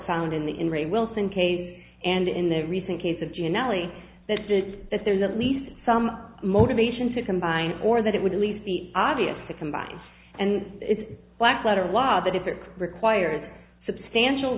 found in the in ray wilson case and in the recent case of generally that says that there's at least some motivation to combine or that it would at least be obvious that somebody and it's black letter law that if it requires substantial